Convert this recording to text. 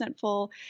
full